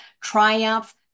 triumph